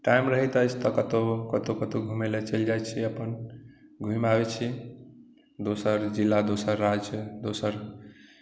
time रहैत अछि तऽ कतहुँ कतहुँ कतहुँ घुमै लऽ चलि जाइत छी अपन घुमि आबैत छी दोसर जिला दोसर राज्य दोसर